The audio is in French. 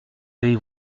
vais